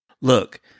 Look